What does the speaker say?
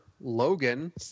Logan